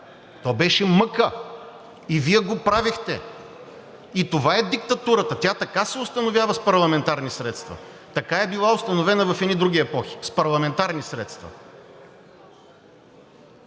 То беше мъка, и Вие го правехте, и това е диктатурата. Тя така се установява – с парламентарни средства, така е била установена в едни други епохи – с парламентарни средства.